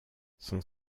son